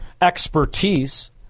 expertise